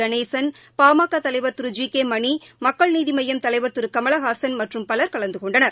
கணேசன் பாமக தலைவர் திரு G K மணி மக்கள் நீதிமய்யம் தலைவர் திரு கமலஹாசன் மற்றும் பலர் கலந்துகொண்டனர்